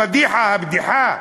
הפאדיחה, הבדיחה?